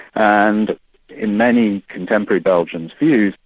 and in many contemporary belgians' views,